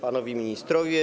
Panowie Ministrowie!